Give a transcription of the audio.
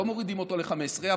לא מורידים אותו ל-15,